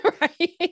right